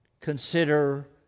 consider